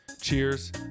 Cheers